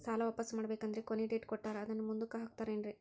ಸಾಲ ವಾಪಾಸ್ಸು ಮಾಡಬೇಕಂದರೆ ಕೊನಿ ಡೇಟ್ ಕೊಟ್ಟಾರ ಅದನ್ನು ಮುಂದುಕ್ಕ ಹಾಕುತ್ತಾರೇನ್ರಿ?